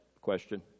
question